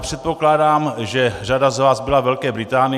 Předpokládám, že řada z vás byla ve Velké Británii.